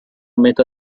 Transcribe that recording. metà